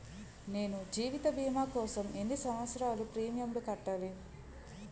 నేను జీవిత భీమా కోసం ఎన్ని సంవత్సారాలు ప్రీమియంలు కట్టాలి?